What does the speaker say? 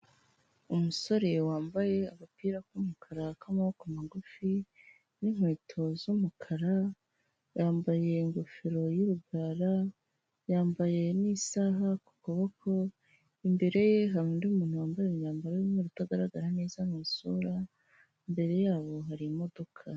Umusore wambaye agapira k'umukara k'amaboko magufi n'inkweto z'umukara yambaye ingofero y'urugara yambaye n'isaha ku kuboko imbere ye hari undi muntu wambaye imyambaro y'mweru utagaragara neza mu isura, imbere yabo hari imodoka.